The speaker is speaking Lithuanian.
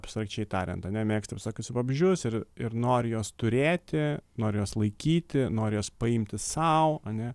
abstrakčiai tariant ane mėgsta visokius vabzdžius ir ir nori juos turėti nori juos laikyti nori juos paimti sau ane